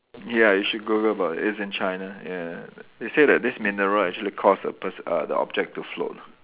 ya you should Google about it's in China ya they say that this mineral actually cause the pers~ uh the object to float